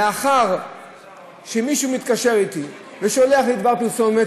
לאחר שמישהו מתקשר אתי ושולח לי דבר פרסומת,